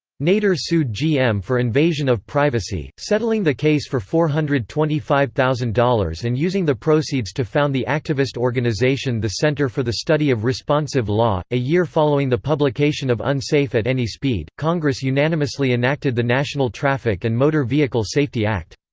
nader sued gm for invasion of privacy, settling the case for four hundred and twenty five thousand dollars and using the proceeds to found the activist organization the center for the study of responsive law a year following the publication of unsafe at any speed, congress unanimously enacted the national traffic and motor vehicle safety act.